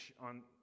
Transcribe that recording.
on